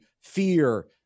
fear